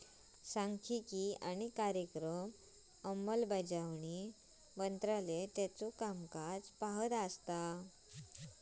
सांख्यिकी आणि कार्यक्रम अंमलबजावणी मंत्रालय त्याचो कामकाज पाहत असा